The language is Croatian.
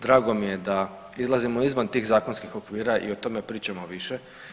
Drago mi je da izlazimo izvan tih zakonskih okvira i o tome pričamo i više.